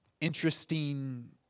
interesting